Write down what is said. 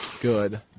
good